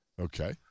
Okay